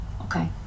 Okay